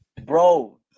Bro